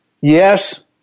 Yes